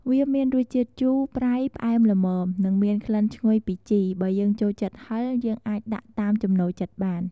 វាមានរសជាតិជូរ ប្រៃ ផ្អែមល្មម និងមានក្លិនឈ្ងុយពីជី បើយើងចូលចិត្តហឹរ យើងអាចដាក់តាមចំណូលចិត្តបាន។